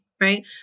Right